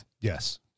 Yes